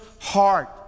heart